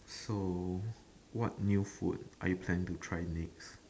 so what new food are you planning to try next